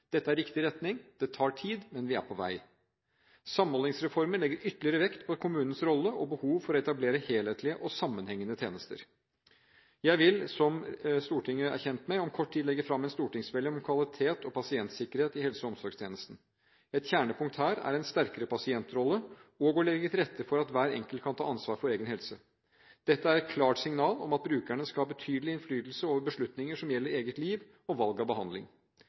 Dette er riktig retning. Det tar tid, men vi er på vei. Samhandlingsreformen legger ytterligere vekt på kommunenes rolle og behovet for å etablere helhetlige og sammenhengende tjenester. Jeg vil, som Stortinget er kjent med, om kort tid legge fram en stortingsmelding om kvalitet og pasientsikkerhet i helse- og omsorgstjenesten. Et kjernepunkt her er en sterkere pasientrolle og å legge til rette for at hver enkelt kan ta ansvar for egen helse. Dette er et klart signal om at brukerne skal ha betydelig innflytelse over beslutninger som gjelder eget liv og valg av behandling.